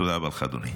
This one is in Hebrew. תודה רבה לך, אדוני.